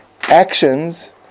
Actions